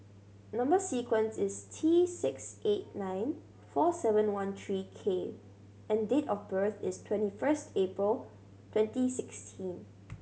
number sequence is T six eight nine four seven one three K and date of birth is twenty first April twenty sixteen